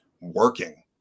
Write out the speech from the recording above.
working